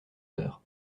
heures